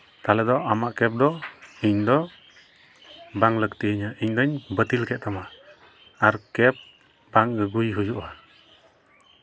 ᱛᱟᱦᱚᱞᱮ ᱫᱚ ᱟᱢᱟᱜ ᱠᱮᱵᱽ ᱫᱚ ᱤᱧ ᱫᱚ ᱵᱟᱝ ᱞᱟᱹᱠᱛᱤᱭᱟᱹᱧᱟᱹ ᱤᱧ ᱫᱩᱧ ᱵᱟᱹᱛᱤᱞ ᱠᱮᱫ ᱛᱟᱢᱟ ᱟᱨ ᱠᱮᱵᱽ ᱵᱟᱝ ᱟᱹᱜᱩᱭ ᱦᱩᱭᱩᱜᱼᱟ